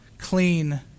clean